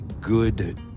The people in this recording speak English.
good